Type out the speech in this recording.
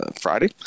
friday